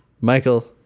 Michael